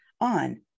on